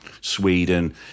Sweden